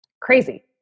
crazy